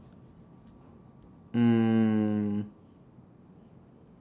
mm